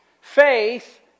Faith